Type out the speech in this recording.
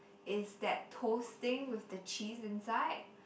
is that toast thing with the cheese inside